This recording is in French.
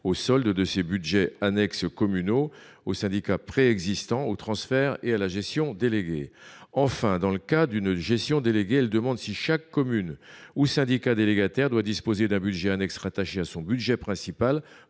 au solde des budgets annexes communaux, aux syndicats préexistants, au transfert et à la gestion déléguée. Enfin, dans le cas d’une gestion déléguée, elles demandent si chaque commune ou syndicat délégataire doit disposer d’un budget annexe rattaché à son budget principal